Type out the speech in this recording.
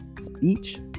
speech